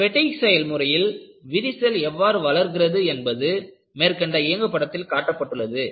பெடிக் செயல்முறையில் விரிசல் எவ்வாறு வளர்கிறது என்பது மேற்கண்ட இயங்கு படத்தில் காட்டப்பட்டுள்ளது